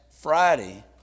Friday